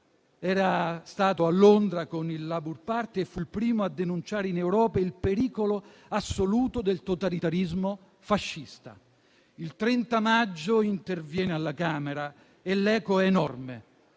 era stato a Londra con il Labour party e fu il primo a denunciare in Europa il pericolo assoluto del totalitarismo fascista. Il 30 maggio intervenne alla Camera e l'eco fu enorme.